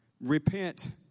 repent